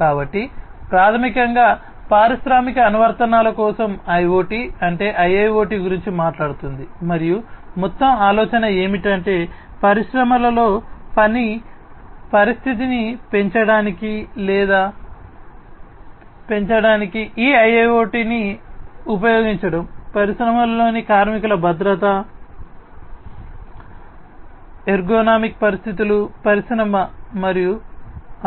కాబట్టి ప్రాథమికంగా పారిశ్రామిక అనువర్తనాల కోసం IoT అంటే IIoT గురించి మాట్లాడుతుంది మరియు మొత్తం ఆలోచన ఏమిటంటే పరిశ్రమలలో పని పరిస్థితిని పెంచడానికి లేదా పెంచడానికి ఈ IIoT ని ఉపయోగించడం పరిశ్రమలోని కార్మికుల భద్రత కార్మికుల భద్రత ఎర్గోనామిక్ పరిస్థితులు పరిశ్రమ మరియు